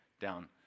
down